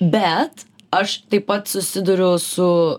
bet aš taip pat susiduriu su